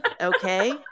Okay